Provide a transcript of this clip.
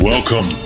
Welcome